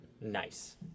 Nice